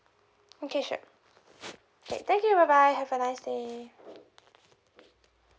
okay sure K thank you bye bye have a nice day